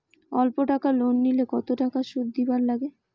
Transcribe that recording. অল্প টাকা লোন নিলে কতো টাকা শুধ দিবার লাগে?